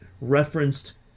referenced